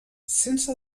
sense